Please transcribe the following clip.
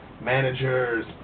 managers